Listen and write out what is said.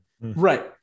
Right